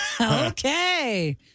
Okay